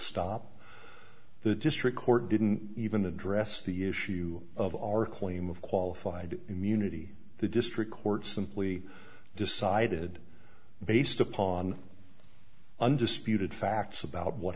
stop the district court didn't even address the issue of our claim of qualified immunity the district court simply decided based upon undisputed facts about what